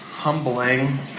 humbling